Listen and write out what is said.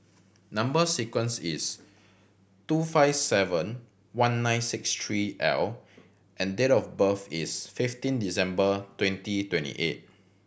number sequence is two five seven one nine six three L and date of birth is fifteen December twenty twenty eight